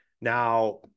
Now